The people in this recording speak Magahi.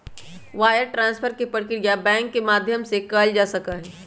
वायर ट्रांस्फर के प्रक्रिया बैंक के माध्यम से ही कइल जा सका हई